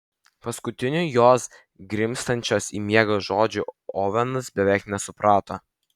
paskutinių jos grimztančios į miegą žodžių ovenas beveik nesuprato